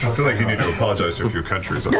feel like you need to apologize to a few countries. and